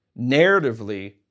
narratively